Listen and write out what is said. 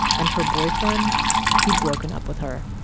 and her boyfriend he'd broken up with her.